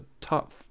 top